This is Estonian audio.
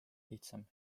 lihtsam